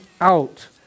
out